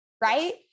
Right